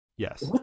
yes